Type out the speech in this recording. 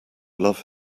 love